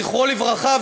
זכרו לברכה,